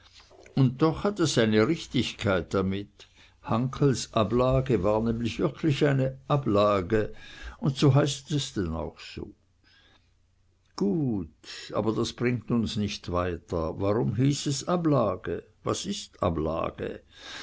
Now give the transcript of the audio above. und doch hat es seine richtigkeit damit hankels ablage war nämlich wirklich eine ablage und so heißt es denn auch so gut aber das bringt uns nicht weiter warum hieß es ablage was ist ablage